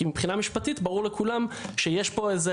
כי מבחינה משפטית ברור לכולם שיש פה איזה